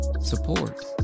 Support